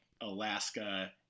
Alaska